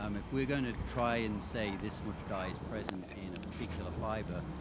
um if we're gonna try and say this much dye is present in a particular fiber,